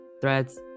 threads